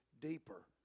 deeper